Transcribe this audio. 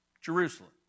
Jerusalem